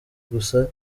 gusa